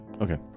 Okay